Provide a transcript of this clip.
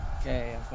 Okay